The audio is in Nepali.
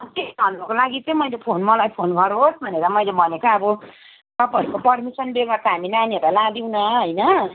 त्यही भन्नुको लागि चाहिँ मैले फोन मलाई फोन गरोस् भनेर मैले भनेको अब तपाईँहरूको परमिसन बेगर त हामी नानीहरूलाई लाँदैनौँ होइन